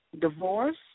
divorce